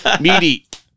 meaty